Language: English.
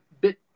bit